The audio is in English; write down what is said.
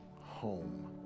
home